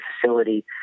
facility